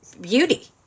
beauty